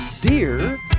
Dear